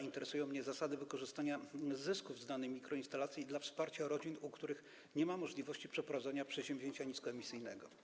Interesują mnie zwłaszcza zasady wykorzystania zysków z danej mikroinstalacji dla wsparcia rodzin, u których nie ma możliwości przeprowadzenia przedsięwzięcia niskoemisyjnego.